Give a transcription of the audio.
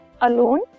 alone